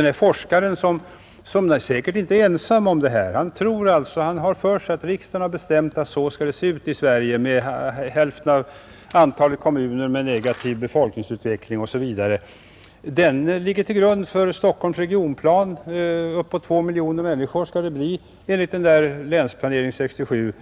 Denne forskare, som säkert inte är ensam om det, har alltså för sig att riksdagen har bestämt att så skall det se ut i Sverige, med negativ befolkningsutveckling i hälften av kommunerna m.m. Den ligger till grund för Stockholms regionplan — upp emot 2 miljoner människor skall det bli enligt Länsplanering 1967,